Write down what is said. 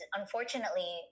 unfortunately